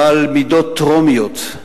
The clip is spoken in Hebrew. בעל מידות תרומיות,